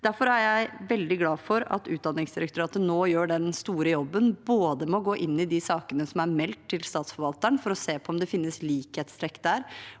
Derfor er jeg vel dig glad for at Utdanningsdirektoratet nå gjør den store jobben med både å gå inn i de sakene som er meldt til statsforvalteren, for å se på om det finnes likhetstrekk der,